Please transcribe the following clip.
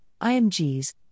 IMGs